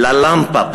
ללמפה,